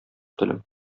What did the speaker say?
телем